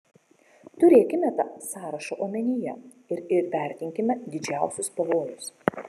turėkime tą sąrašą omenyje ir įvertinkime didžiausius pavojus